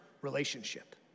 relationship